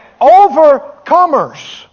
Overcomers